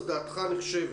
אז דעתך נחשבת.